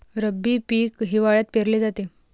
रब्बी पीक हिवाळ्यात पेरले जाते